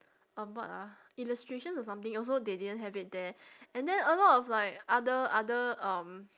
um what ah illustration or something also they didn't have it there and then a lot of like other other um